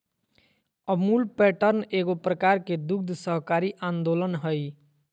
Amul pattern एगो प्रकार के दुग्ध सहकारी आन्दोलन हइ